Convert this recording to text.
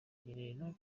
rugerero